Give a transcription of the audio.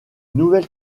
nouvelle